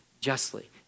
justly